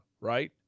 Right